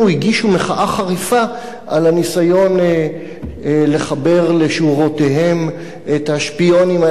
הגישו מחאה חריפה על הניסיון לחבר לשורותיהם את השפיונים האלה,